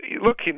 look